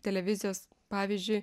televizijos pavyzdžiui